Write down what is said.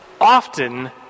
often